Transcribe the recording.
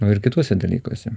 o ir kituose dalykuose